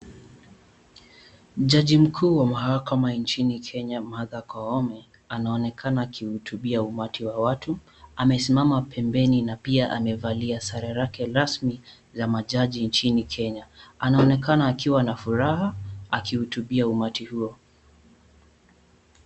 Jani mkuu wa mahakama nchini Kenya Martha Koome anaonekana akihutubia umati wa watu. Amesimama pembeni na pia amevalia sare lake rasmi la majaji nchini Kenya. Anaonekana akiwa na furaha akuhutubia umati huo.